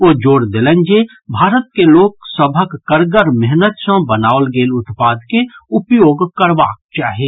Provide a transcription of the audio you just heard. ओ जोर देलनि जे भारत के लोक सभक कड़गर मेहनति सँ बनाओल गेल उत्पाद के उपयोग करबाक चाही